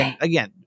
again